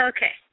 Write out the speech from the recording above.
Okay